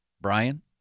Brian